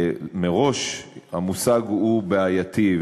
מראש המושג הוא בעייתי,